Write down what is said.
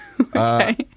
Okay